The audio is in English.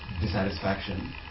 dissatisfaction